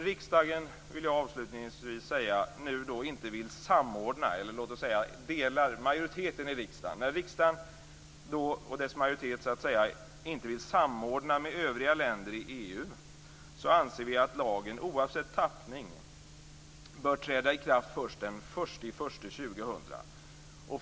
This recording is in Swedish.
Jag vill avslutningsvis säga att när riksdagens majoritet nu inte vill samordna med övriga länder i EU anser vi att lagen oavsett tappning bör träda i kraft först den 1 januari 2000.